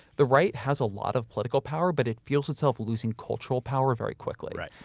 the right has a lot of political power, but it feels itself losing cultural power very quickly. right.